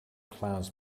clowns